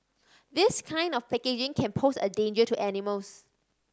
this kind of packaging can pose a danger to animals